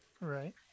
Right